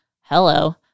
hello